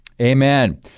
amen